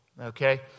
okay